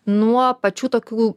nuo pačių tokių